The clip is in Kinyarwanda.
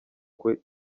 kwe